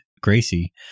gracie